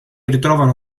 ritrovano